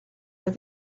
but